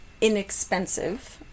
inexpensive